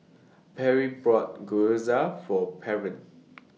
Perry bought Gyoza For Pernell